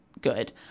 good